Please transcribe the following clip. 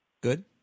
Good